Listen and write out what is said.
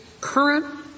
current